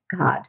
God